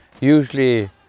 usually